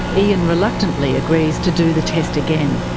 ean reluctantly agrees to do the test again.